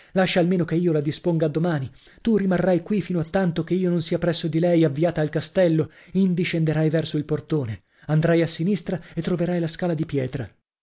lascia almeno che io la disponga a domani tu rimarrai qui fino a tanto che io non sia presso di lei avviata al castello indi scenderai verso il portone andrai a sinistra e troverai a scala di pietra